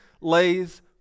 Lay's